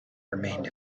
remained